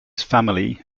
family